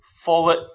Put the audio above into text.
forward